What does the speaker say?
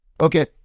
Okay